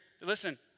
listen